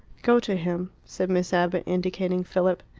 go to him, said miss abbott, indicating philip.